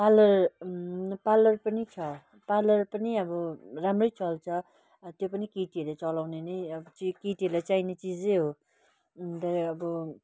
parlour parlour पनि छ parlour पनि अब राम्रै चल्छ त्यो पनि केटीहरूले चलाउने नै अब चाहिँ केटीहरूलाई चाहिने चिजै हो अब